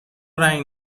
رنگ